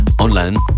online